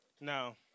No